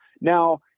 Now